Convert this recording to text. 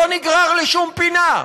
לא נגרר לשום פינה,